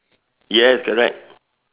yes correct